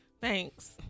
thanks